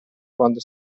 quando